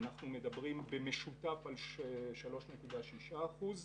אנחנו מדברים במשותף על 3.6 אחוזים